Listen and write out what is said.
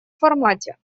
формате